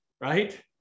right